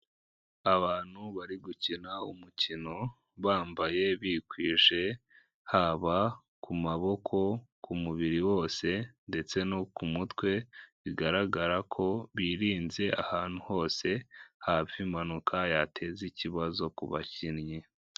Abantu bari gukina umukino bambaye bikwije haba ku maboko, ku mubiri wose ndetse no ku mutwe bigaragara ko birinze ahantu hose hafi impanuka yateza ikibazo ku bakinnyi.